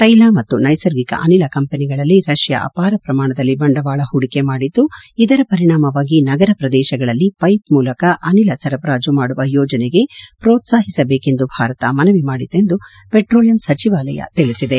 ತೈಲ ಮತ್ತು ನೈಸರ್ಗಿಕ ಅನಿಲ ಕಂಪನಿಗಳಲ್ಲಿ ರಷ್ಯಾ ಅಪಾರ ಪ್ರಮಾಣದಲ್ಲಿ ಬಂಡವಾಳ ಹೂಡಿಕೆ ಮಾಡಿದ್ದು ಇದರ ಪರಿಣಾಮವಾಗಿ ನಗರ ಪ್ರದೇಶಗಳಲ್ಲಿ ಪೈಪ್ ಮೂಲಕ ಅನಿಲ ಸರಬರಾಜು ಮಾಡುವ ಯೋಜನೆಗೆ ಪ್ರೋತ್ಸಾಹಿಸಬೇಕು ಎಂದು ಭಾರತ ಮನವಿ ಮಾದಿತು ಎಂದು ಪೆಟ್ರೋಲಿಯಂ ಸಚಿವಾಲಯ ತಿಳಿಸಿದೆ